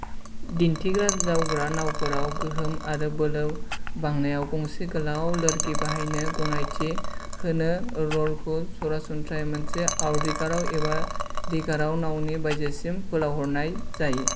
दिन्थिग्रा जावग्रा नावफोराव गोहोम आरो बोलो बांनायाव गंसे गोलाव लोरगि बाहायनो गनायथि होनो रलखौ सरासनस्रायै मोनसे आउटरिगार एबा रिगाराव नावनि बायजोसिम फोलावहरनाय जायो